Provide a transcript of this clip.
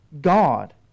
God